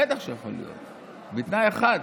בטח שיכול להיות, בתנאי אחד,